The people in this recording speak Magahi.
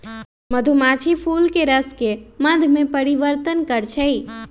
मधुमाछी फूलके रसके मध में परिवर्तन करछइ